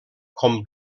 com